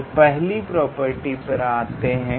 तो पहली प्रॉपर्टी पर आते हैं